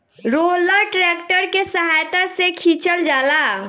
roller tractor के सहायता से खिचल जाला